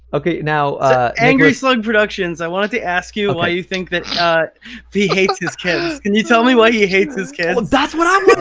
okay, now nicholas angry slug productions, i wanted to ask you why you think that he hates his kids. can you tell me why he hates his kids? oh, that's what i